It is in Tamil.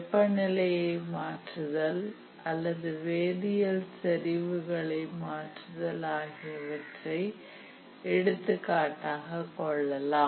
வெப்பநிலையை மாற்றுதல் அல்லது வேதியியல் செறிவுகளை மாற்றுதல் கெமிக்கல் கான்செண்ட்ரஷன் ஆகியவற்றை எடுத்துக்காட்டாகக் கொள்ளலாம்